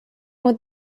would